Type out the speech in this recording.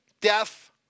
death